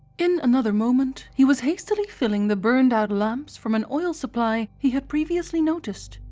in another moment he was hastily filling the burned-out lamps from an oil supply he had previously noticed,